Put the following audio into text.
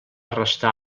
restar